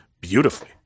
beautifully